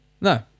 No